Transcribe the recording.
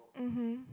mmhmm